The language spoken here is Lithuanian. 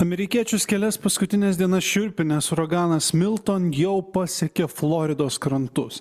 amerikiečius kelias paskutines dienas šiurpinęs uraganas milton jau pasiekė floridos krantus